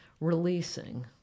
Releasing